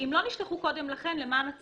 שאם לא נשלחו קודם לכן למען של